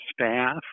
staff